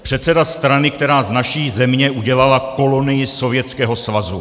Předseda strany, která z naší země udělala kolonii Sovětského svazu.